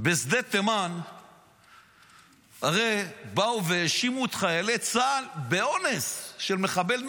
הרי בשדה תימן באו והאשימו את חיילי צה"ל באונס של מחבל נוחבה,